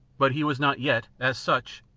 but he was not yet, as such,